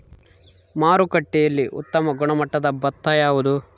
ಮಾರುಕಟ್ಟೆಯಲ್ಲಿ ಉತ್ತಮ ಗುಣಮಟ್ಟದ ಭತ್ತ ಯಾವುದು?